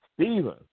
Stephen